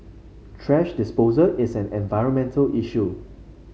thrash disposal is an environmental issue